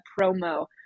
promo